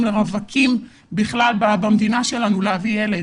למאבקים בכלל במדינה שלנו להביא ילד.